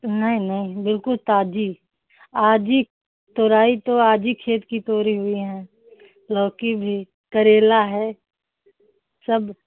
नहीं नहीं बिल्कुल ताज़ी आज ही तोरई तो आज ही खेत की तोड़ी हुई हैं लौकी भी करेला है सब